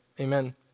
Amen